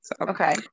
Okay